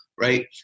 Right